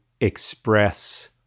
express